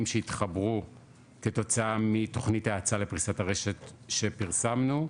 שהתחברו כתוצאה מתוכנית האצה לפריסת הרשת שפרסמנו,